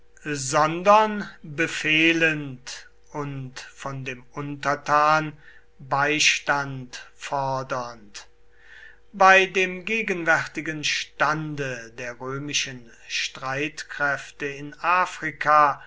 sondern befehlend und von dem untertan beistand fordernd bei dem gegenwärtigen stande der römischen streitkräfte in afrika